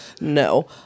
no